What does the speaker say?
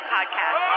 Podcast